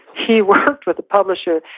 he worked with the publisher.